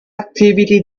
activity